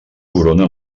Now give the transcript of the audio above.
corona